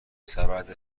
سبد